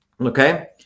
okay